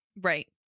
Right